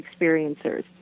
experiencers